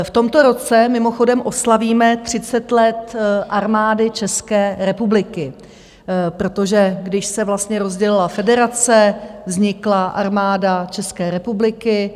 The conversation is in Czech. V tomto roce mimochodem oslavíme 30 let Armády České republiky, protože když se rozdělila federace, vznikla Armáda České republiky.